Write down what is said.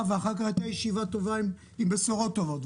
ואחר כך הייתה ישיבה טובה עם בשורות טובות.